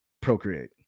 procreate